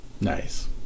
Nice